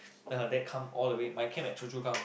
then her dad come all the way my camp at Choa Chu Kang